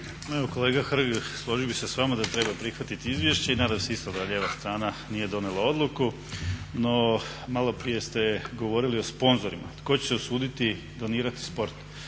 kolega Hrg, složio bi se s vama da treba prihvatiti izvješće i nadam se isto da lijeva strana nije donijela odluku. No, maloprije ste govorili o sponzorima, tko će se usuditi donirati sport?